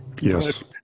Yes